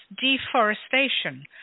deforestation